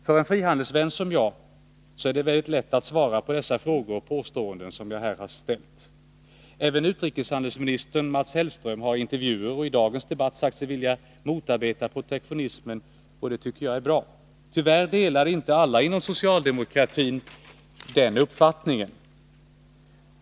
För en frihandelsvän som jag är det väldigt lätt att svara på dessa frågor och påståenden som jag här har ställt. Även utrikeshandelsministern Mats Hellström har i intervjuer och i dagens debatt sagt sig vilja motarbeta protektionismen, och det tycker jag är bra. Tyvärr delar inte alla inom socialdemokratin den uppfattningen.